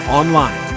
online